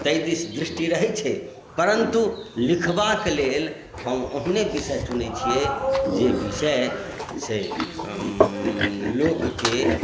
ताहि दिश दृष्टि रहैत छै परन्तु लिखबाक लेल हम ओहने विषय चुनैत छियै जे विषय से लोकके